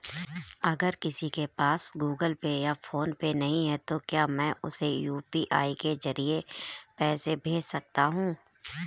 अगर किसी के पास गूगल पे या फोनपे नहीं है तो क्या मैं उसे यू.पी.आई के ज़रिए पैसे भेज सकता हूं?